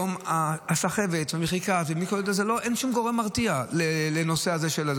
הסחבת והמחיקה, כבר אין שום גורם מרתיע לנושא הזה.